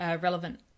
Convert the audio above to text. relevant